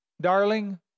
Darling